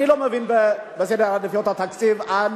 אני לא מבין בסדר עדיפויות התקציב על